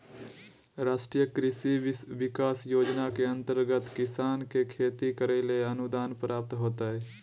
राष्ट्रीय कृषि विकास योजना के अंतर्गत किसान के खेती करैले अनुदान प्राप्त होतय